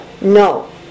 No